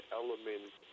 element